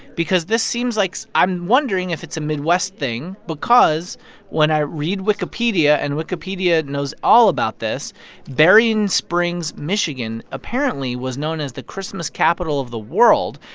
because this seems like i'm wondering if it's a midwest thing because when i read wikipedia and wikipedia knows all about this berrien springs, mich. apparently was known as the christmas capital of the world.